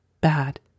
Bad